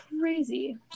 crazy